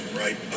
right